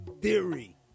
theory